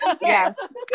Yes